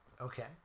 Okay